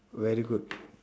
very good